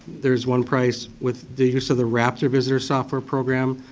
there's one price. with the use of the raptor visitor software program,